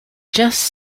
just